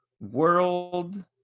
world